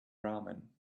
ramen